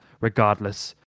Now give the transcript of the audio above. regardless